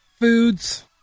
foods